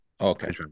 Okay